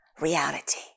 reality